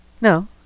No